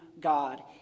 God